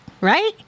right